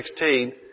16